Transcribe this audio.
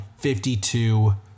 52